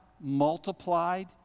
multiplied